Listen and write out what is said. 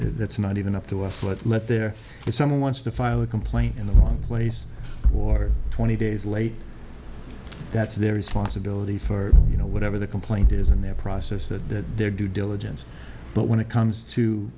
that's not even up to us let there be someone wants to file a complaint in the wrong place or twenty days late that's their responsibility for you know whatever the complaint is in their process that they're due diligence but when it comes to